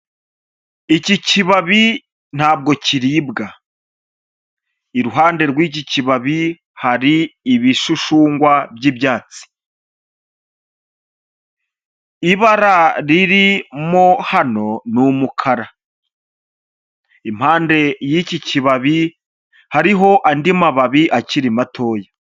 Iki kibabi ntabwo kiribwa, iruhande rw'iki kibabi hari ibishushungwa by'ibyatsi, ibara ririmo hano ni umukara, impande y'iki kibabi hariho andi mababi akiri matoya.